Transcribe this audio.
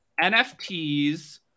NFTs